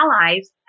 allies